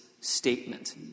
statement